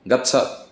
गच्छ